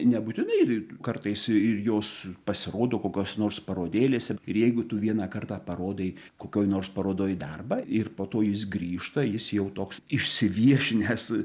nebūtinai kartais ir jos pasirodo kokiose nors parodėlėse ir jeigu tu vieną kartą parodai kokioj nors parodoj darbą ir po to jis grįžta jis jau toks išsiviešinęs